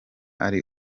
ari